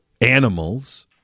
animals